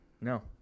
No